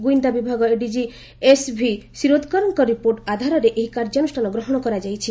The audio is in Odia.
ଗୁଇନ୍ଦା ବିଭାଗ ଏଡିଜି ଏସ୍ଭି ଶିରୋଦ୍କରଙ୍କ ରିପୋର୍ଟ ଆଧାରରେ ଏହି କାର୍ଯ୍ୟାନୁଷ୍ଠାନ ଗ୍ରହଣ କରାଯାଇଛି